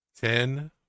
ten